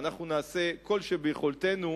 ואנחנו נעשה כל שביכולתנו,